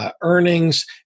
Earnings